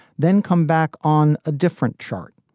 then come back on a different chart.